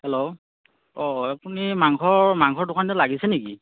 hello অ আপুনি মাংস মাংসৰ দোকানত লাগিছে নেকি